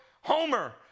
Homer